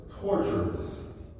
torturous